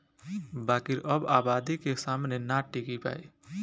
बाकिर अब आबादी के सामने ना टिकी पाई